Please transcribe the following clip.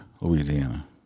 Louisiana